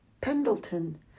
Pendleton